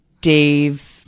Dave